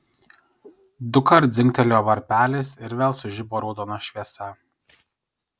dukart dzingtelėjo varpelis ir vėl sužibo raudona šviesa